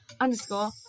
underscore